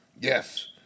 Yes